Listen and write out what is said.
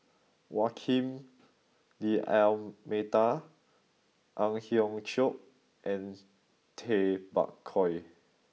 Joaquim D'almeida Ang Hiong Chiok and Tay Bak Koi